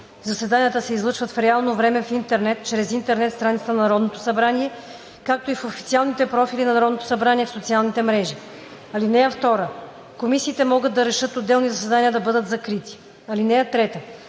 Заседанията се излъчват в реално време в интернет чрез интернет страницата на Народното събрание, както и в официалните профили на Народното събрание в социалните мрежи. (2) Комисиите могат да решат отделни заседания да бъдат закрити. (3)